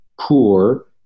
poor